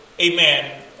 amen